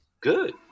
good